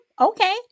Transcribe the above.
okay